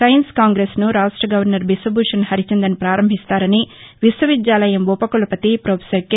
science కాంగ్రెస్ను రాష్ట్ర governor Biswabhusan Harichandan పారంభిస్తారని విశ్వ విద్యాలయం ఉపకులపతి ప్రొఫెసర్ కె